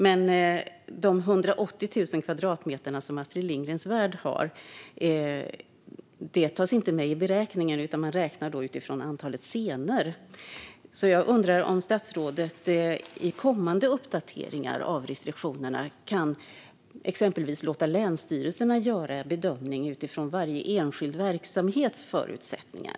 Men de 180 000 kvadratmeter som Astrid Lindgrens Värld har tas inte med i beräkningen, utan man räknar utifrån antalet scener. Jag undrar om statsrådet i kommande uppdateringar av restriktionerna kan låta exempelvis länsstyrelserna göra bedömningar utifrån varje enskild verksamhets förutsättningar.